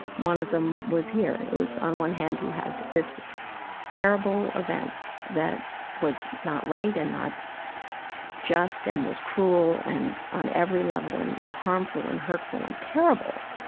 one of them was here. it was on one hand you had this terrible event that was not right and not just and was cruel and on every level harmful and hurtful and terrible.